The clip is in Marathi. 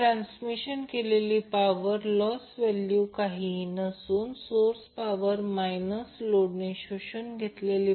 तर अनबॅलन्सड सिस्टमचे व्होल्टेज देखील अनबॅलन्सड असू शकते